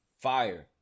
Fire